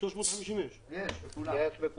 כללי 2017,